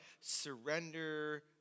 Surrender